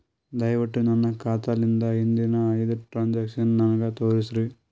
ದಯವಿಟ್ಟು ನನ್ನ ಖಾತಾಲಿಂದ ಹಿಂದಿನ ಐದ ಟ್ರಾಂಜಾಕ್ಷನ್ ನನಗ ತೋರಸ್ರಿ